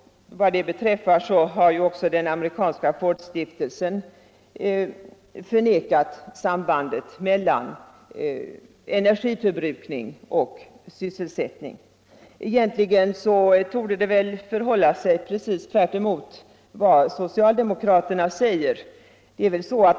Vad det beträffar har också amerikanska Fordstiftelsen förnekat sambandet mellan energiförbrukning och sysselsättning. Egentligen torde det förhålla sig precis tvärtemot vad socialdemokraterna säger.